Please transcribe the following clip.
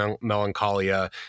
melancholia